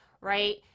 right